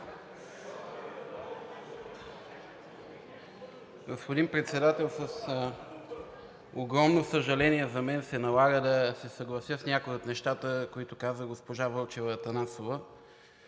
Господин Председателстващ, с огромно съжаление за мен се налага да се съглася с някои от нещата, които каза госпожа Вълчева – Атанасова,